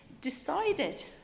decided